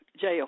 jail